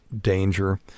danger